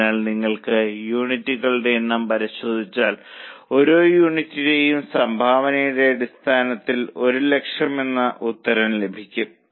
അതിനാൽ നിങ്ങൾ യൂണിറ്റുകളുടെ എണ്ണം പരിശോധിച്ചാൽ ഓരോ യൂണിറ്റിനും സംഭാവനയുടെ അടിസ്ഥാനത്തിൽ 100000 എന്ന ഉത്തരം ലഭിക്കും